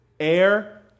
Air